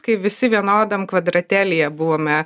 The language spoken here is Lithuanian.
kai visi vienodam kvadratėlyje buvome